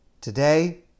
today